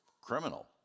criminal